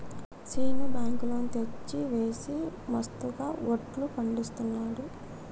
Seenu bank loan తెచ్చి వేసి మస్తుగా వడ్లు పండిస్తున్నాడు